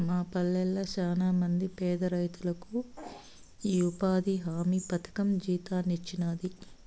మా పల్లెళ్ళ శానమంది పేదరైతులకు ఈ ఉపాధి హామీ పథకం జీవితాన్నిచ్చినాది